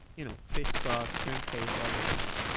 you know fish sauce, shrimp paste, all those things.